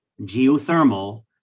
geothermal